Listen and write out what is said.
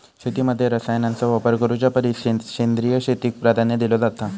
शेतीमध्ये रसायनांचा वापर करुच्या परिस सेंद्रिय शेतीक प्राधान्य दिलो जाता